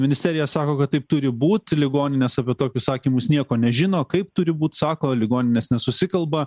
ministerija sako kad taip turi būt ligoninės apie tokius sakymus nieko nežino kaip turi būt sako ligoninės nesusikalba